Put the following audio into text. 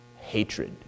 hatred